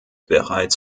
bereits